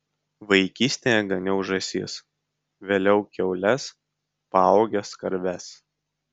vaikystėje ganiau žąsis vėliau kiaules paaugęs karves